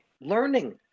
learning